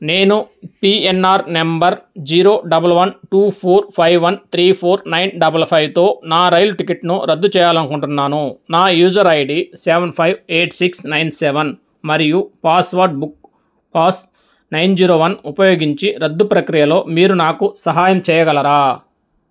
నేను PNR number zero double one two four five one three four nine double ఫైవ్తో నా రైలు టికెట్ను రద్దు చేయాలనుకుంటున్నాను నా user ID seven five eight six nine seven మరియు password book pass nine zero one ఉపయోగించి రద్దు ప్రక్రియలో మీరు నాకు సహాయం చేయగలరా